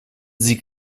sie